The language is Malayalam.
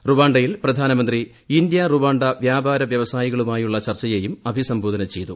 റുവാ യിൽ പ്രധാനമന്ത്രി ഇന്ത്യ റുവാ വ്യാപാര വ്യവസായികളുമായുള്ള ചർച്ചയേയും അഭിസംബോധന ചെയ്തു